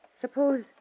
Suppose